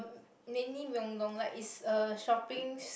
mainly Myeongdong like it's a shopping